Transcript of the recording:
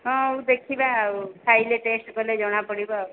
ହଉ ଦେଖିବା ଆଉ ଖାଇଲେ ଟେଷ୍ଟ୍ କଲେ ଜଣାପଡ଼ିବ ଆଉ